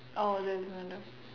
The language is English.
oh does it matter